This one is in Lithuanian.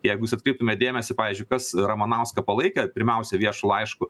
jeigu jūs atkreiptumėt dėmesį pavyzdžiui kas ramanauską palaikė pirmiausia viešu laišku